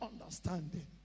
understanding